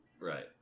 Right